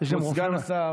כבוד סגן השר,